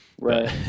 Right